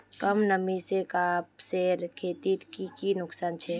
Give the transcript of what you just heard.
कम नमी से कपासेर खेतीत की की नुकसान छे?